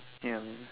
ya